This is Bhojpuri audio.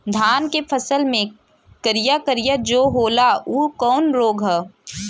धान के फसल मे करिया करिया जो होला ऊ कवन रोग ह?